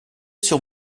sur